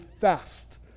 fast